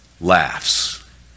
laughs